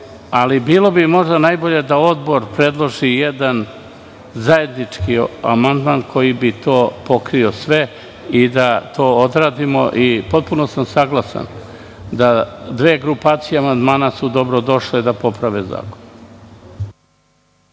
ali bi bilo možda najbolje da odbor predloži jedan zajednički amandman koji bi to pokrio sve. Potpuno sam saglasan da su dve grupacije amandmana dobrodošle da poprave zakon.